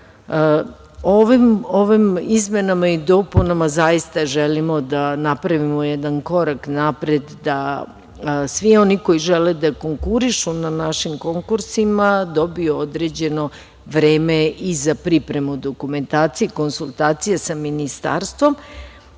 ovim izmenama i dopuna zaista želimo da napravimo jedan korak napred, da svi oni koji žele da konkurišu na našim konkursima dobiju određeno vreme i za pripremu dokumentacije i konsultacije sa Ministarstvom.